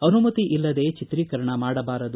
ಅನುಮತಿ ಇಲ್ಲದೇ ಚಿತ್ರೀಕರಣ ಮಾಡಬಾರದು